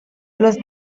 los